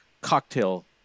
cocktail